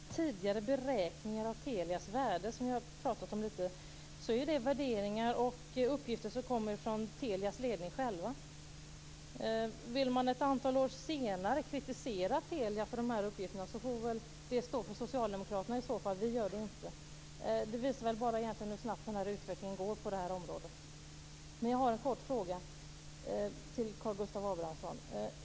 Fru talman! När det gäller tidigare beräkningar av Telias värde, som vi har pratat om lite, skulle jag vilja säga att det är värderingar och uppgifter som kommer från Telias ledning. Om man ett antal år senare vill kritisera Telia för dessa uppgifter får det väl stå för Socialdemokraterna i så fall, vi gör det inte. Det visar väl egentligen bara hur snabbt utvecklingen går på det här området. Jag har en kort fråga till Karl Gustav Abramsson.